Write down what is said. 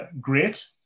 great